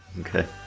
okay